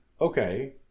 Okay